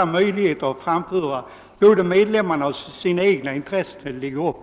och möjligheter att framföra både medlemmarnas och sina organisationers intressen.